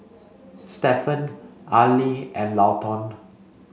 Stephan Arlie and Lawton